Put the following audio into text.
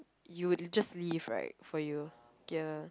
you would just leave right for you